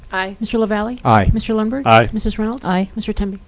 aye. mr. lavalley. aye. mr. lundberg. aye. mrs. reynolds. aye. mr. temby.